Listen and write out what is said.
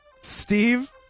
steve